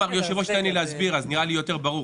אם היושב ראש ייתן לי להסביר אז נראה לי יהיה יותר ברור.